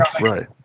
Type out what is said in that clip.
Right